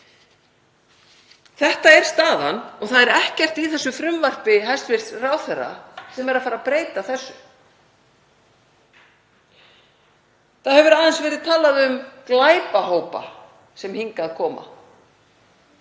þetta er staðan og það er ekkert í þessu frumvarpi hæstv. ráðherra sem mun breyta þessu. Það hefur aðeins verið talað um glæpahópa sem hingað koma.